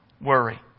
worry